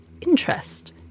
interest